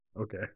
Okay